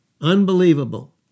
Unbelievable